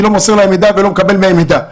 אני לא מוסר להם מידע ולא מקבל מהם מידע,